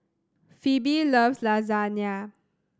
Phoebe loves Lasagna